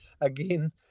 Again